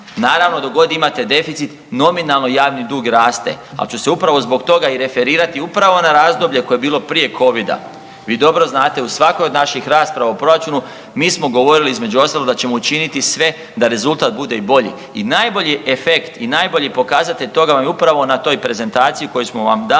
naravno dok god imate deficit, nominalno javni dug raste, ali ću se upravo zbog toga i referirati upravo na razdoblje koje je bilo prije Covida. Vi dobro znate u svakoj od naših rasprava o proračunu mi smo govorili između ostalog da ćemo učiniti sve da rezultat bude i bolji. I najbolji efekt i najbolji pokazatelj toga vam je upravo na toj prezentaciji koju smo vam dali